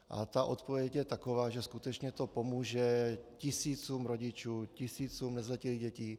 A odpověď je taková, že skutečně to pomůže tisícům rodičů, tisícům nezletilých dětí.